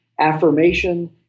affirmation